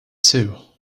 too